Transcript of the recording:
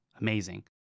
amazing